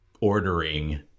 ordering